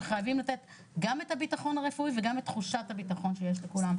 שחייבים לתת גם את הביטחון הרפואי וגם את תחושת הביטחון שיש לכולם,